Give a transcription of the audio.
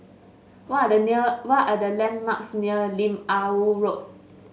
what are the near what are the landmarks near Lim Ah Woo Road